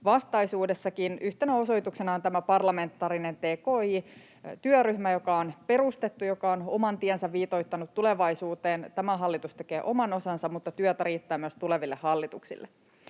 vastaisuudessakin. Yhtenä osoituksena on tämä parlamentaarinen tki-työryhmä, joka on perustettu ja joka on oman tiensä viitoittanut tulevaisuuteen. Tämä hallitus tekee oman osansa, mutta työtä riittää myös tuleville hallituksille.